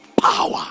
power